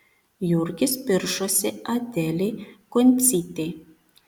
jurgis piršosi adelei kuncytei